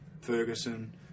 Ferguson